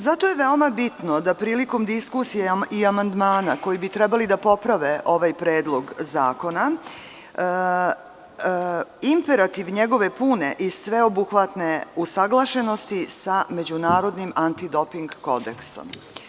Zato je veoma bitno da prilikom diskusije i amandmana koji bi trebali da poprave ovaj predlog zakona, imperativ njegove pune i sveobuhvatne usaglašenosti sa Međunarodnim antidoping kodeksom.